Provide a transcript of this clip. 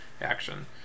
Action